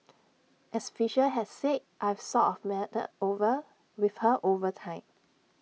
as Fisher had said I've sort of melded over with her over time